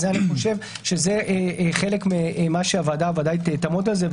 אני חושב שזה חלק ממה שהוועדה תעמוד על זה.